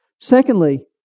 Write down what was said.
Secondly